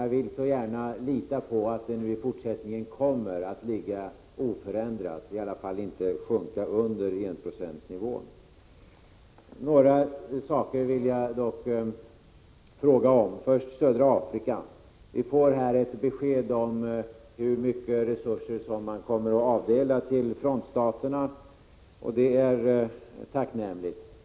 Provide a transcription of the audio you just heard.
Jag vill emellertid så gärna lita på att enprocentsmålet i fortsättningen kommer att vara oförändrat och att anslaget i alla fall inte kommer att sjunka under enprocentsnivån. Några saker vill jag fråga om. Först gäller det södra Afrika. Vi får här ett besked om hur mycket resurser man kommer att avdela till frontstaterna, och det är tacknämligt.